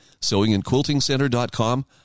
SewingAndQuiltingCenter.com